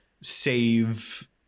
save